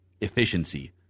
efficiency